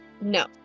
No